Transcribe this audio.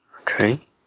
Okay